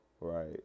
right